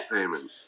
payment